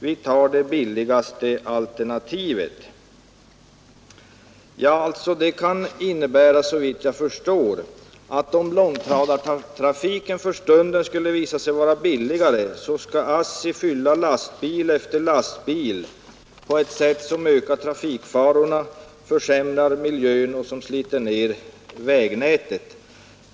— ”Vi tar det billigaste alternativet.” Det kan såvitt jag förstår innebära att om långtradartrafiken för stunden skulle visa sig vara billigare, skall ASSI fylla lastbil efter lastbil på ett sätt som ökar trafikfarorna, försämrar miljön och sliter ned vägnätet.